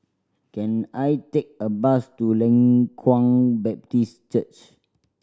can I take a bus to Leng Kwang Baptist Church